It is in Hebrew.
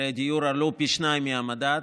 מחירי הדיור עלו פי שניים מהמדד.